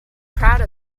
proud